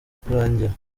kurangira